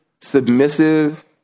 submissive